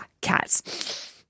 cats